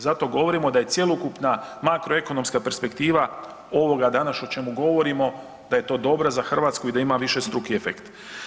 Zato govorimo da je cjelokupna makro ekonomska perspektiva ovoga danas o čemu govorimo da je to dobro za Hrvatsku i da ima višestruki efekt.